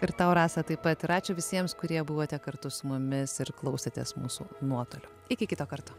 ir tau rasa taip pat ir ačiū visiems kurie buvote kartu su mumis ir klausėtės mūsų nuotoliu iki kito karto